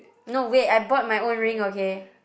no wait I bought my own ring okay